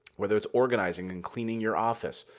whether it's organizing and cleaning your office,